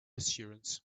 assurance